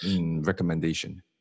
recommendation